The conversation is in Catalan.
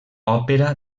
òpera